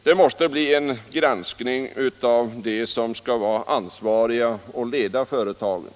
Det måste ske en bättre granskning av dem som skall vara ansvariga och leda företaget.